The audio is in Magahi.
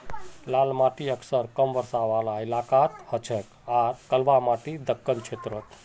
लाल माटी अक्सर कम बरसा वाला इलाकात हछेक आर कलवा माटी दक्कण क्षेत्रत